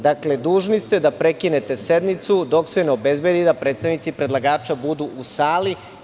Dakle, dužni ste da prekinete sednicu dok se ne obezbedi da predstavnici predlagača budu u sali.